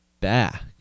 back